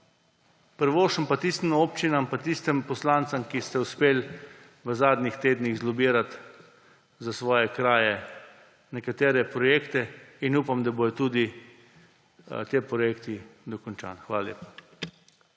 Privoščim pa tistim občinam pa tistim poslancem, ki ste uspeli v zadnjih tednih zlobirati za svoje kraje nekatere projekte. Upam, da bodo ti projekti dokončani. Hvala lepa.